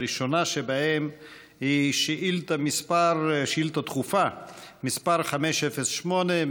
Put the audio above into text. הראשונה שבהן היא שאילתה דחופה מס' 508,